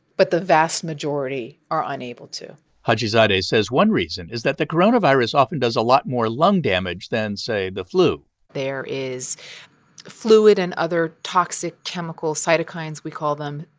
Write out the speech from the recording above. but the vast majority are unable to hajizadeh says one reason is that the coronavirus often does a lot more lung damage than, say, the flu there is fluid and other toxic chemical cytokines, we call them,